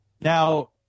Now